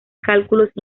cálculos